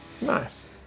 Nice